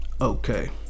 okay